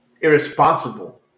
irresponsible